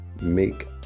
make